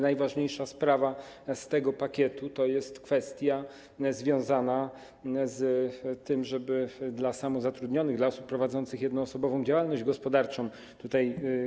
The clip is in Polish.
Najważniejsza sprawa z tego pakietu to jest kwestia związana z tym, żeby dla samozatrudnionych, dla osób prowadzących jednoosobową działalność gospodarczą.